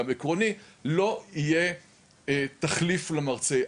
גם עקרונית, לא יהיה תחליף למרצה.